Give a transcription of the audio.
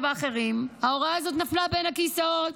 ואחרים ההוראה הזאת נפלה בין הכיסאות,